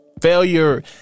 Failure